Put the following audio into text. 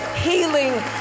healing